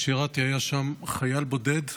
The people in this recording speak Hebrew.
היה שם חייל בודד מארגנטינה.